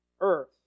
earth